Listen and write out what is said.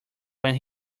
when